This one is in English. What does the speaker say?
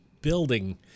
building